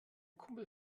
kumpel